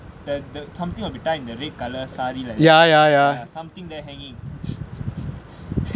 the the something that we tie with the red colour sari like that something hanging